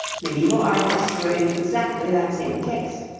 medieval artists were in exactly that same case.